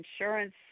insurance